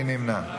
מי נמנע?